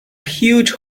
huge